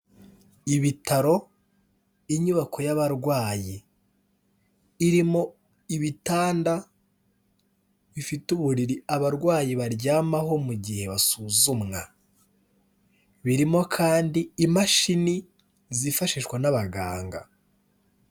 Ibitaro inyubako y'abarwayi, irimo ibitanda bifite uburiri abarwayi baryamaho mu gihe basuzumwa; birimo kandi imashini zifashishwa n'abaganga.